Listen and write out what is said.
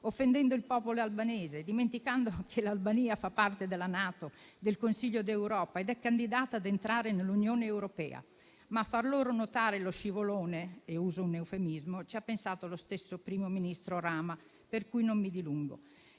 offendendo il popolo albanese, dimenticando che l'Albania fa parte della NATO e del Consiglio d'Europa ed è candidata ad entrare nell'Unione europea. Ma a far loro notare lo scivolone (e uso un eufemismo) ci ha pensato lo stesso primo ministro Rama, per cui non mi dilungo.